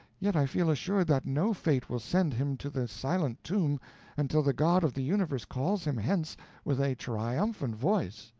yet i feel assured that no fate will send him to the silent tomb until the god of the universe calls him hence with a triumphant voice.